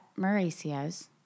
Mauricio's